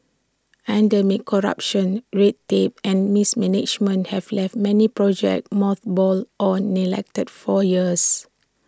endemic corruption red tape and mismanagement have left many projects mothballed or neglected for years